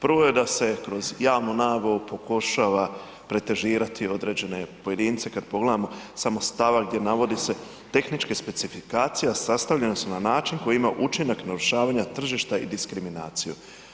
Prvo je da se kroz javnu nabavu pokušava pretežirati određene pojedince, kad pogledamo samo stavak gdje navodi se tehničke specifikacije sastavljene su na način koji ima učinak narušavanja tržišta i diskriminaciju.